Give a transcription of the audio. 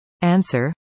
Answer